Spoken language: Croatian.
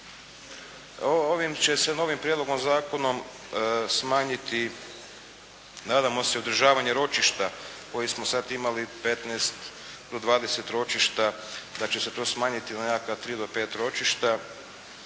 Ovim će se novim prijedlogom zakona smanjiti, nadamo se održavanje ročišta koji smo sada imali 15 do 20 ročišta, da će se to smanjiti na nekakva 3 do 5 ročišta,